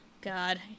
god